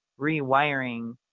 rewiring